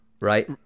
Right